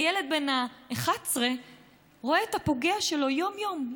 הילד בן ה-11 רואה את הפוגע שלו יום-יום,